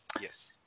Yes